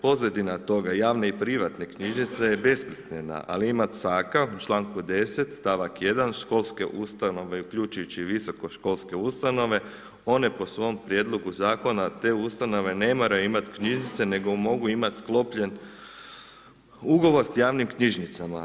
Pozadina toga javne i privatne knjižnice je besmislena, ali ima caka u članku 10. stavak 1. školske ustanove uključujući i visokoškolske ustanove one po svom prijedlogu zakona te ustanove ne moraju imati knjižnice nego mogu imati sklopljen ugovor sa javnim knjižnicama.